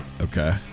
Okay